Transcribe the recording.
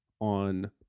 on